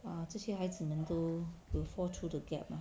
err 这些孩子们都 will fall through the gap lah